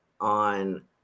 on